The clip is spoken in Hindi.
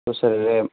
तो सर